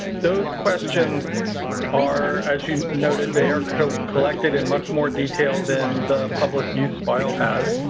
those questions are as you noted they are collected in much more detail than the public use file has.